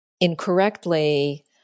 incorrectly